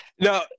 No